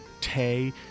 Tay